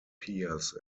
piers